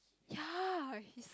ya he's